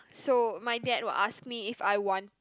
so my dad would ask me if I want